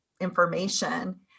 information